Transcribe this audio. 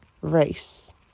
race